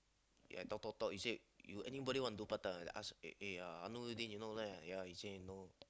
ya talk talk talk he say you anybody want do part time ask eh eh ya you know already ya he say no